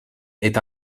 est